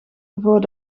ervoor